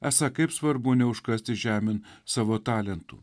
esą kaip svarbu neužkasti žemėn savo talentų